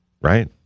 right